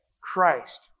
Christ